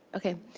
okay,